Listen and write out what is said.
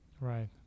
right